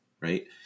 right